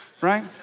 right